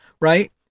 right